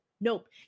Nope